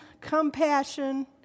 compassion